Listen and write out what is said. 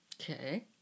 Okay